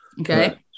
Okay